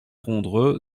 rondreux